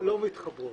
לא מתחבר.